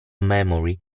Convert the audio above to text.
memory